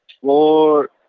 four